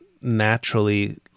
naturally